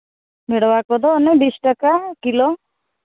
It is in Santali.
ᱵᱷᱮᱰᱣᱟ ᱠᱚᱫᱚ ᱵᱤᱥ ᱴᱟᱠᱟ ᱠᱤᱞᱳ